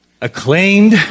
Acclaimed